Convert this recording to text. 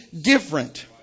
different